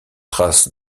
traces